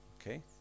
Okay